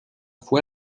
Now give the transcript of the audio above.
fue